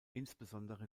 insbesondere